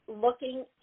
looking